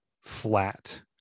flat